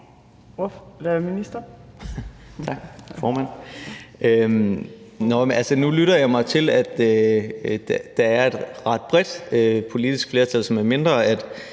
Nu lytter jeg mig til, at der er et ret bredt politisk flertal, så medmindre